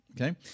Okay